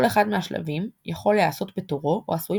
כל אחד מהשלבים יכול להיעשות בתורו או עשויים